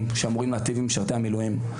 שאמורים להיטיב עם משרתי המילואים,